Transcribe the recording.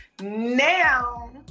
Now